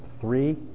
three